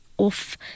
Off